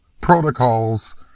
protocols